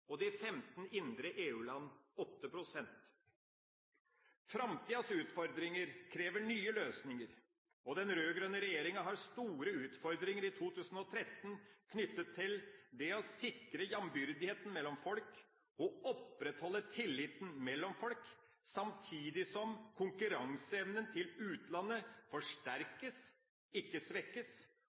pst. og de 15 indre EU-land, 8 pst. Framtidas utfordringer krever nye løsninger, og den rød-grønne regjeringa har store utfordringer i 2013 knyttet til det å sikre jambyrdigheten mellom folk og opprettholde tilliten mellom folk samtidig som konkurranseevnen til utlandet forsterkes – ikke svekkes